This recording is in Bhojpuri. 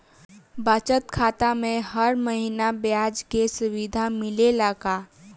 बचत खाता में हर महिना ब्याज के सुविधा मिलेला का?